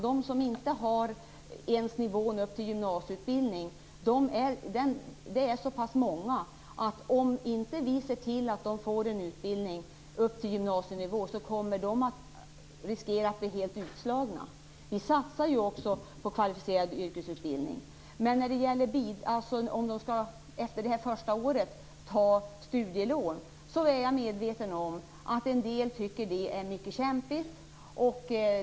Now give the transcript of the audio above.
De som inte har ens nivån upp till gymnasieutbildning är så pass många att om vi inte ser till att de får en utbildning upp till gymnasienivå kommer de att riskera att bli helt utslagna. Vi satsar också på kvalificerad yrkesutbildning. Jag är väl medveten om att en del tycker att det är mycket kämpigt om de efter det första året skall ta ett studielån.